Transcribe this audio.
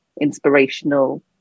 inspirational